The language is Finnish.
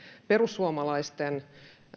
perussuomalaisten